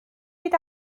fynd